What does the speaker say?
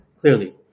clearly